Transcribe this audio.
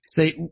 say